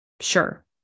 Sure